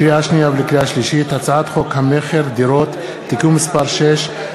לקריאה שנייה ולקריאה שלישית: הצעת חוק המכר (דירות) (תיקון מס' 6),